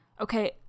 okay